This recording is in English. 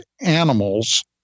animals